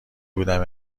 بودم